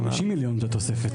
15 המיליון זה מתקציב 2022,